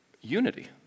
unity